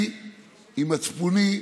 אני עם מצפוני.